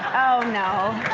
oh no.